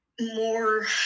more